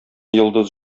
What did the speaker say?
йолдыз